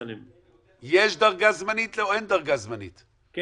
כן,